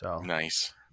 Nice